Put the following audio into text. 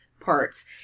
parts